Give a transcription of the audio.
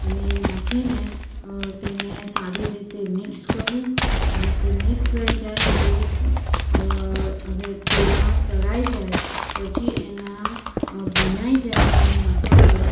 અને નાખીને તેને સારી રીતે મિક્સ કરું અને તે મિક્સ થઈ જાય તે અરે તેલમાં તળાઈ જાય પછી એના ભુંજાઈ જાય તેનો મસાલો